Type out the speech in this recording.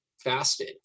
fasted